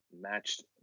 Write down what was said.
matched